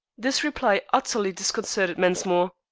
this reply utterly disconcerted mensmore.